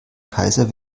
kaiser